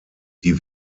die